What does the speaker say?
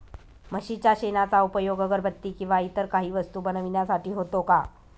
म्हशीच्या शेणाचा उपयोग अगरबत्ती किंवा इतर काही वस्तू बनविण्यासाठी होतो का?